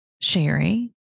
Sherry